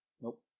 Nope